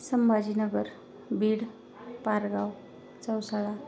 Sambhajinagar Beed Pargaon Chausala